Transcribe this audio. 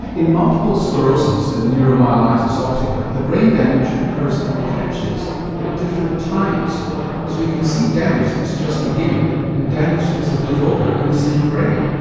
in multiple sclerosis and neuromyelitis optica the brain damage occurs in patches at different times so you can see damage that's just beginning and damage that's a bit older in the same brain.